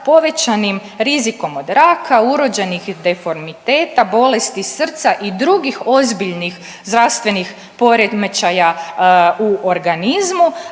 povećanim rizikom od raka, urođenih deformiteta, bolesti srca i drugih ozbiljnih zdravstvenih poremećaja u organizmu,